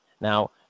Now